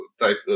type